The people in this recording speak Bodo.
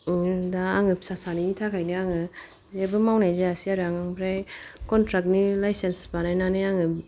दा आङो फिसा सानैनि थाखायनो आङो जेबो मावनाय जायासै आरो आं ओमफ्राय कनट्राक्ट नि लाइसेन्स बानायनानै आङो